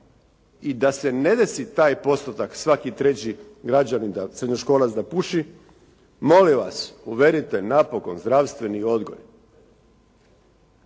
I da se ne desi taj postotak svaki treći građanin, srednjoškolac da puši. Molim vas uvedite napokon zdravstveni odgoj.